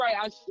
right